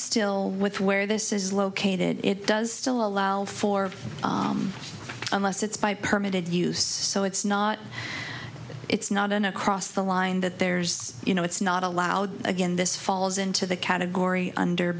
still with where this is located it does still allow for unless it's by permitted use so it's not it's not an across the line that there's you know it's not allowed again this falls into the category under